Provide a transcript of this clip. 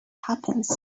happens